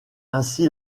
ainsi